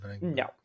No